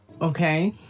Okay